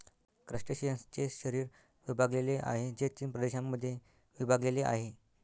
क्रस्टेशियन्सचे शरीर विभागलेले आहे, जे तीन प्रदेशांमध्ये विभागलेले आहे